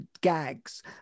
gags